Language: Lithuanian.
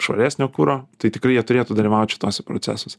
švaresnio kuro tai tikrai jie turėtų dalyvaut šituose procesuose